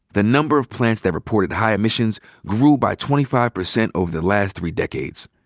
the number of plants that reported high emissions grew by twenty five percent over the last three decades.